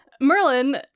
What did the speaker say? Merlin